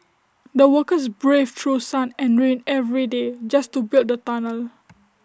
the workers braved through sun and rain every day just to build the tunnel